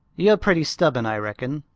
you're pretty stubborn, i reckon,